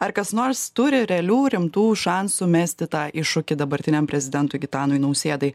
ar kas nors turi realių rimtų šansų mesti tą iššūkį dabartiniam prezidentui gitanui nausėdai